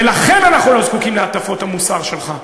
ולכן אנחנו לא זקוקים להטפות המוסר שלך.